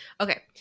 Okay